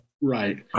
right